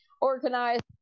Organized